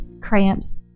cramps